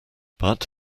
but